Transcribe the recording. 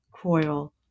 coil